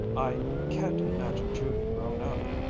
i can't imagine judy grown up.